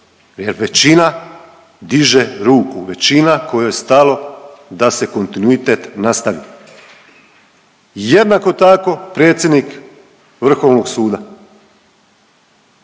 jer većina diže ruku, većina kojoj je stalo da se kontinuitet nastavi. Jednako tako predsjednik Vrhovnog suda